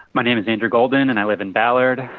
my name is andrew golden. and i live in ballard.